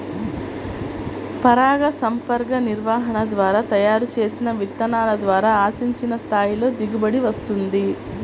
పరాగసంపర్క నిర్వహణ ద్వారా తయారు చేసిన విత్తనాల ద్వారా ఆశించిన స్థాయిలో దిగుబడి వస్తుంది